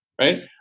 Right